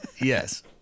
yes